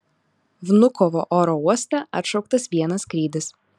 vnukovo oro uoste atšauktas vienas skrydis